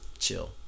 chill